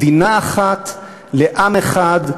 מדינה אחת לעם אחד,